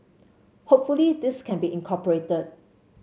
hopefully this can be incorporated